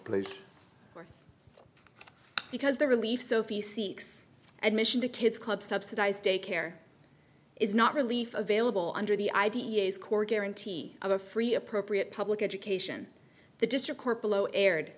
e because the relief sophie seeks admission to kids club subsidized daycare is not relief available under the i d e s core guarantee of a free appropriate public education the district court below aired